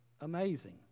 amazing